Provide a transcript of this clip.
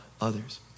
others